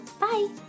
Bye